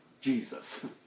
Jesus